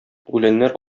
үләннәр